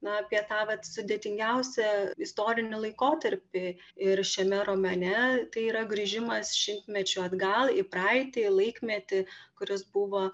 na apie tą vat sudėtingiausią istorinį laikotarpį ir šiame romane tai yra grįžimas šimtmečiu atgal į praeitį į laikmetį kuris buvo